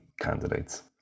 candidates